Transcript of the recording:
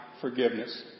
forgiveness